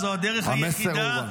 תודה רבה, המסר הובן.